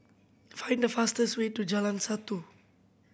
find the fastest way to Jalan Satu